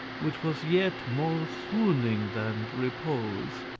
which was yet more swooning than repose.